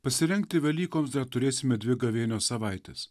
pasirengti velykoms dar turėsime dvi gavėnios savaites